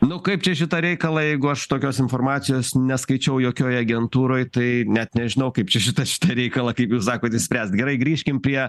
nu kaip čia šitą reikalą jeigu aš tokios informacijos neskaičiau jokioj agentūroj tai net nežinau kaip čia šitą šitą reikalą kaip jūs sakot išspręst gerai grįžkim prie